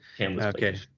okay